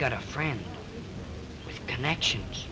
got a friend connections